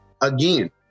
Again